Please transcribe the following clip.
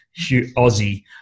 Aussie